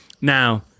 Now